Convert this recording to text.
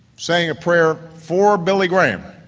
saying a prayer for billy graham,